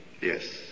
Yes